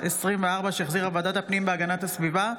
שהחזירה ועדת הפנים והגנת הסביבה,